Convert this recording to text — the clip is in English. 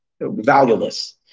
valueless